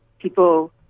People